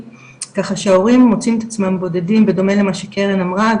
ככה שהורים מוצאים את עצמם בודדים בדומה למה שקרן אמרה,